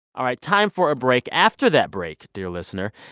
all right, time for a break. after that break, dear listener,